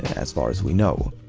as far as we know.